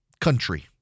country